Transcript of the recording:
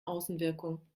außenwirkung